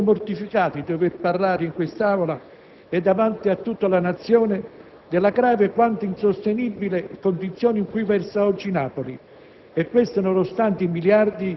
Guardando la realtà, mi sento mortificato di dover parlare in quest'Aula e davanti a tutta la Nazione della grave quanto insostenibile condizione in cui versa oggi Napoli;